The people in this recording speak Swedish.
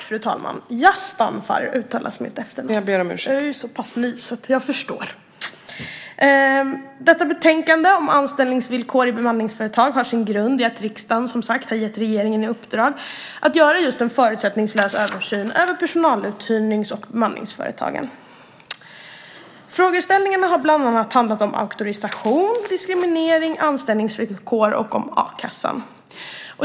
Fru talman! Detta betänkande om anställningsvillkor i bemanningsföretag har sin grund i att riksdagen som sagt har gett regeringen i uppdrag att göra just en förutsättningslös översyn av personaluthyrnings och bemanningsföretagen. Frågeställningarna har bland annat handlat om auktorisation, diskriminering, anställningsvillkor och a-kassa.